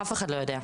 אף אחד לא יודע.